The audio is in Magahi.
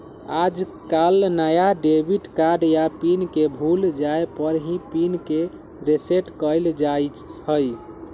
आजकल नया डेबिट कार्ड या पिन के भूल जाये पर ही पिन के रेसेट कइल जाहई